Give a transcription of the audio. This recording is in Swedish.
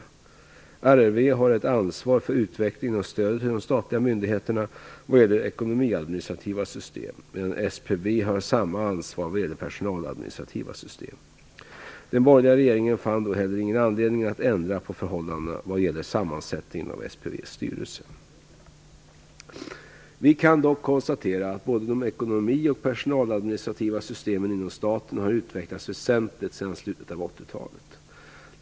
RRV har ett ansvar för utvecklingen och stödet till de statliga myndigheterna vad gäller ekonomiadministrativa system, medan SPV har samma ansvar vad gäller personaladministrativa system. Den borgerliga regeringen fann då heller ingen anledning att ändra på förhållandena vad gäller sammansättningen av SPV:s styrelse. Vi kan dock konstatera att både de ekonomi och personaladministrativa systemen inom staten har utvecklats väsentligt sedan slutet av 80-talet.